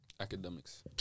Academics